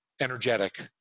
energetic